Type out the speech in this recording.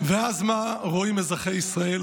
ואז מה רואים אזרחי ישראל?